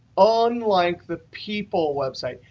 um unlike the people website,